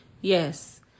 yes